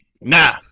Nah